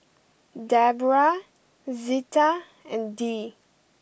Deborah Zita and Dee